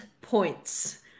points